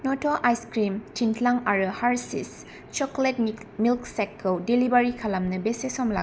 नट' ice cream थिनथ्लां आरो हारशिस चक्लेट मिल्क सेकखौ डिलिभार खालामनो बेसे सम लागोन